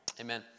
Amen